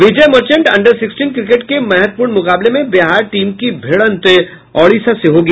विजय Merchant under sixteen cricket के महत्वपूर्ण मुकाबले में बिहार टीम की भिड़ंत ओडिशा से होगी